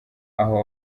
aho